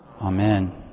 Amen